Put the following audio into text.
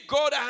God